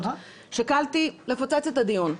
שקלתי לפוצץ את הדיון.